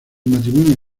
matrimonio